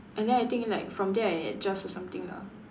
and then I think like from there I adjust or something lah